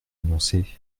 annoncé